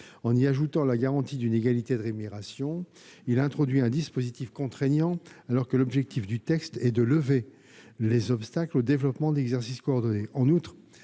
En y ajoutant la garantie d'une égalité de rémunération, il vise à introduire un dispositif contraignant, alors que l'objectif du texte est de lever les obstacles au développement de l'exercice coordonné. En outre,